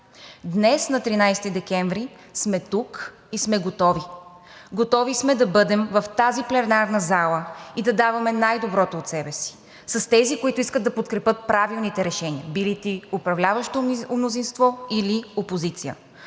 Днес, на 13 декември, сме тук и сме готови. Готови сме да бъдем в тази пленарна зала и да даваме най-доброто от себе си с тези, които искат да подкрепят правилните решения – били те управляващо мнозинство, или опозиция.